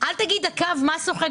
אל תגיד מה שוחק.